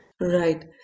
Right